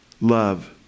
love